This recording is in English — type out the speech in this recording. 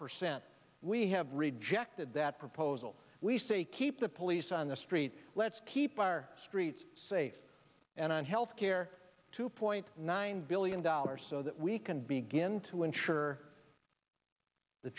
percent we have rejected that proposal we say keep the police on the street let's keep our streets safe and on health care two point nine billion dollars so that we can begin to insure the